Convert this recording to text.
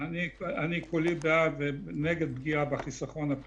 אנחנו יכולים לנוע במעגלים,